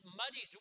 muddy